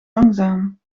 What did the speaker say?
langzaam